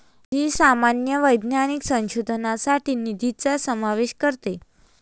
जी सामान्यतः वैज्ञानिक संशोधनासाठी निधीचा समावेश करते